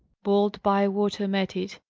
bold bywater met it,